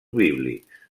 bíblics